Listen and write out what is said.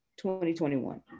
2021